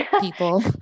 people